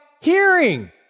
hearing